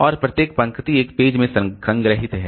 और प्रत्येक पंक्ति एक पेज में संग्रहीत है